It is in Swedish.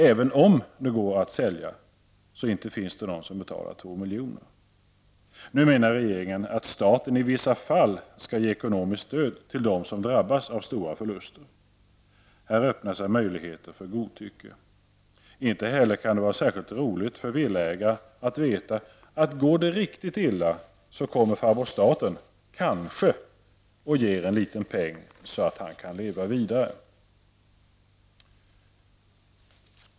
Även om det går att sälja, inte finns det någon som betalar två miljoner. Nu menar regeringen att staten i vissa fall skall ge ekonomiskt stöd till dem som drabbas av stora förluster. Här öppnar sig möjligheter för godtycke. Inte heller kan det vara särskilt roligt för en villaägare att veta att går det riktigt illa, så kommer farbror staten -- kanske -- och ger en liten peng så att han kan leva vidare.